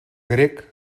grec